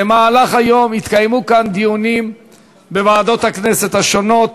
במהלך היום התקיימו כאן דיונים בוועדות הכנסת השונות